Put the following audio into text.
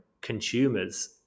consumers